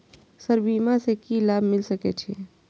Sir बीमा से की लाभ मिल सके छी?